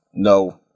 No